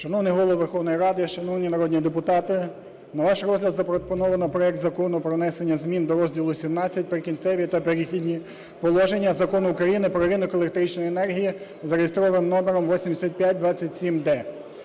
Шановний Голово Верховної Ради, шановні народні депутати, на ваш розгляд запропоновано проект Закону про внесення змін до розділу XVII "Прикінцеві та перехідні положення" Закону України "Про ринок електричної енергії" за реєстровим номером 8527-д.